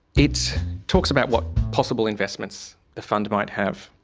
it talks about what possible investments the fund might have.